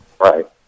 Right